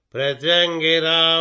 Pratyangira